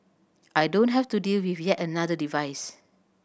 I don't have to deal with yet another device